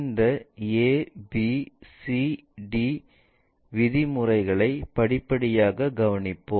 இந்த ABCD விதிமுறைகளை படிப்படியாக கவனிப்போம்